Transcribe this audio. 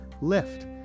lift